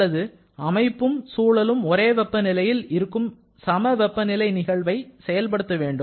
அல்லது அமைப்பும் சூழலும் ஒரே வெப்பநிலையில் இருக்கும் சம வெப்பநிலை நிகழ்வை செயல்படுத்த வேண்டும்